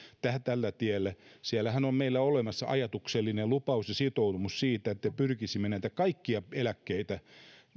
tällä tiellä siellähän on meillä olemassa ajatuksellinen lupaus ja sitoumus siitä että pyrkisimme näitä kaikkia